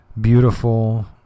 beautiful